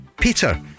Peter